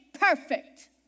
perfect